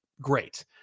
great